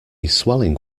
swelling